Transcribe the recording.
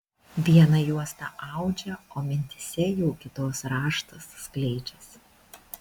vieną juostą audžia o mintyse jau kitos raštas skleidžiasi